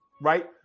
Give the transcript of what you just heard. right